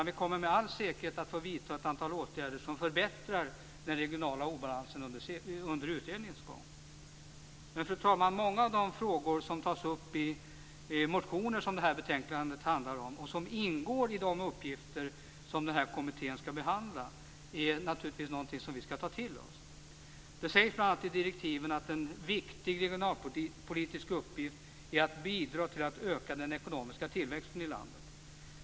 Vi kommer med all säkerhet att få vidta ett antal åtgärder som förbättrar den regionala obalansen under utredningens gång. Men, fru talman, många av de frågor som tas upp i motioner som det här betänkandet handlar om och som ingår i de uppgifter som kommittén skall behandla är naturligtvis något som vi skall ta till oss. Det sägs bl.a. i direktiven att en viktig regionalpolitisk uppgift är att bidra till att öka den ekonomiska tillväxten i landet.